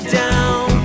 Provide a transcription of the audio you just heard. down